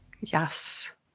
Yes